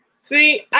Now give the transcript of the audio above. See